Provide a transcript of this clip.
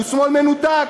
הוא שמאל מנותק.